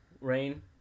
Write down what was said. rain